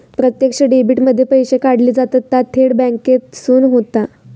प्रत्यक्ष डेबीट मध्ये पैशे काढले जातत ता थेट बॅन्केसून होता